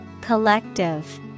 Collective